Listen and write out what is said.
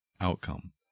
outcome